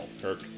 Kirk